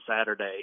Saturday